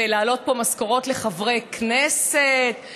להעלות פה משכורות לחברי כנסת,